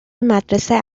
مدرسه